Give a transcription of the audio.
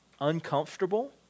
uncomfortable